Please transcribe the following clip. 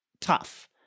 tough